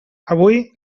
avui